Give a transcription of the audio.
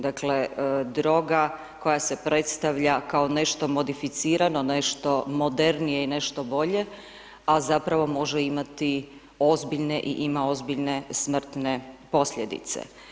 Droga koja se predstavlja kao nešto modificirano, nešto modernije i nešto bolje, a zapravo može imati ozbiljne i ima ozbiljne smrtne posljedice.